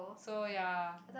so ya